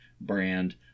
brand